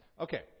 Okay